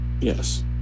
Yes